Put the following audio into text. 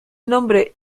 nombre